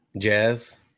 Jazz